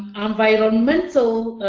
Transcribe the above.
environmental,